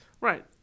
Right